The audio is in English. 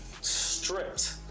stripped